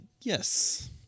Yes